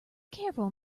careful